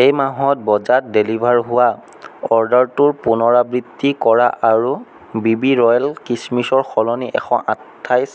এই মাহত বজাত ডেলিভাৰ হোৱা অৰ্ডাৰটোৰ পুনৰাবৃত্তি কৰা আৰু বি বি ৰ'য়েল কিচমিচৰ সলনি এশ আঁঠাইছ